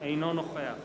אינו נוכח